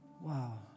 Wow